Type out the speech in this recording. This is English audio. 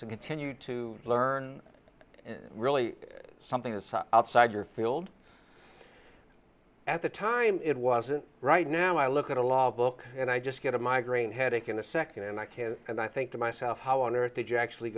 to continue to learn and really something inside outside your field at the time it wasn't right now i look at a law book and i just get a migraine headache in a second and i can and i think to myself how on earth did you actually